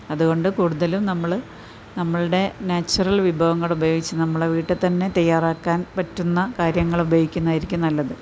അതുകൊണ്ട് കൂടുതലും നമ്മൾ നമ്മളുടെ നാച്ചുറൽ വിഭവങ്ങൾ ഉപയോഗിച്ച് നമ്മുടെ വീട്ടിൽ തന്നെ തയ്യാറാക്കാൻ പറ്റുന്ന കാര്യങ്ങൾ ഉപയോഗിക്കുന്നതായിരിക്കും നല്ലത്